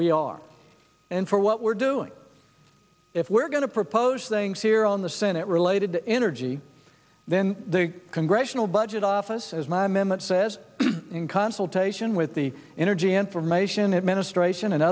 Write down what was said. we are and for what we're doing if we're going to propose things here on the senate related to energy then the congressional budget office as my memo says in consultation with the energy information administration and